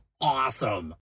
awesome